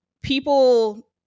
people